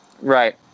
Right